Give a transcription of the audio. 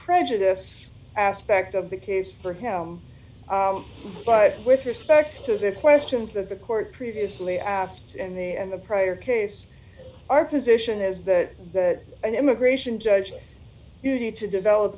prejudice aspect of the case for him but with respect to the questions that the court previously asked and the and the prior case our position is that an immigration judge you need to develop